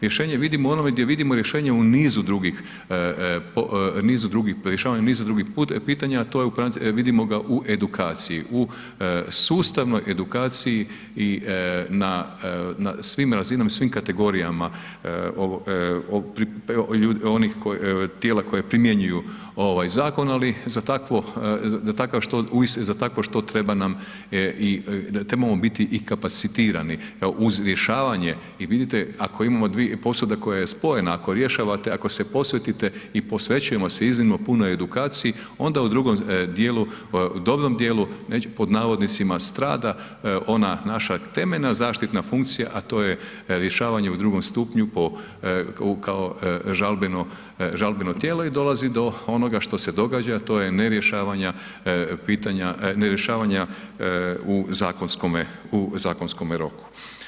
Rješenje vidimo u onome gdje vidimo rješenje u nizu drugih, rješavanju nizu drugih pitanja, a to je vidimo ga u edukaciji, u sustavnoj edukaciji i na svim razinama, svim kategorijama onih tijela koja primjenjuju ovaj zakon, ali za takvo, za takav, za takvo što treba nam i trebamo biti i kapacitirani uz rješavanje i vidite ako imamo dvije, posuda koja je spojena ako rješavate ako se posvetite i posvećujemo se iznimno puno edukaciji onda u drugom dijelu, dobrom dijelu pod navodnicima strada ona naša temeljna zaštitna funkcija, a to je rješavanje u drugom stupnju po kao žalbeno tijelo i dolazi do onoga šta se događa, a to je nerješavanja pitanja, nerješavanja u zakonskome roku.